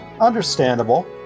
Understandable